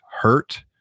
hurt